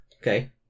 Okay